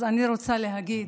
אז אני רוצה להגיד: